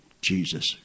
Jesus